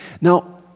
Now